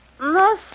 No